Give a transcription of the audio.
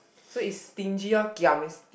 so its stingy orh giam is